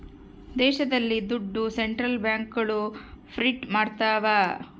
ದೇಶದಲ್ಲಿ ದುಡ್ಡು ಸೆಂಟ್ರಲ್ ಬ್ಯಾಂಕ್ಗಳು ಪ್ರಿಂಟ್ ಮಾಡ್ತವ